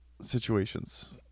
situations